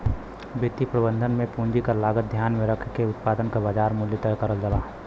वित्तीय प्रबंधन में पूंजी क लागत ध्यान में रखके उत्पाद क बाजार मूल्य तय करल जाला